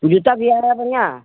जूता भी आ रहा बढ़ियाँ